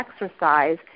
exercise